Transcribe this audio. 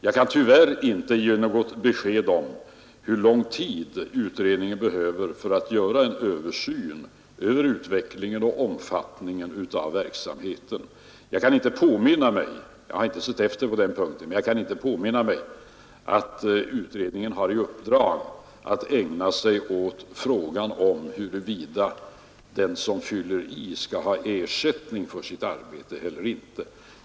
Jag kan tyvärr inte ge något besked om hur lång tid denna utredning behöver för att göra en översyn av utvecklingen och omfattningen av verksamheten. Jag kan inte heller påminna mig att utredningen har i uppdrag att ägna sig åt frågan om huruvida den som fyller i uppgifterna skall ha ersättning för sitt arbete eller inte.